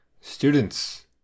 Students